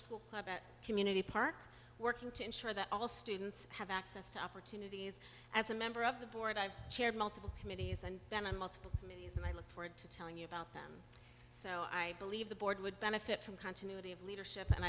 at community park working to ensure that all students have access to opportunities as a member of the board i chaired multiple committees and then on multiple committees and i look forward to telling you about them so i believe the board would benefit from continuity of leadership and